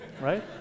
right